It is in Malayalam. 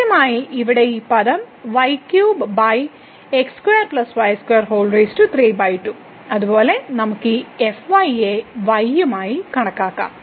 കൃത്യമായി ഇവിടെ ഈ പദം അതുപോലെ നമുക്ക് ഈ fy യെ y യുമായി കണക്കാക്കാം